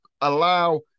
allow